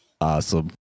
Awesome